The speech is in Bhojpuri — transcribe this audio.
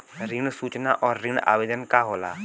ऋण सूचना और ऋण आवेदन का होला?